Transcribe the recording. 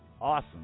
awesome